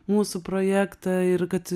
mūsų projektą ir kad